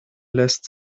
lässt